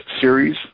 series